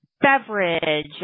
beverage